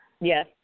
Yes